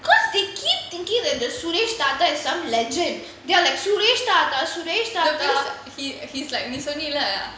because they keep thinking that the suresh தாத்தா:thatha is some legend they are like suresh தாத்தா:thatha suresh நீ சொன்னால:nee sonnaala